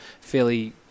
fairly